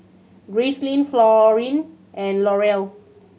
Gracelyn Florene and Laurel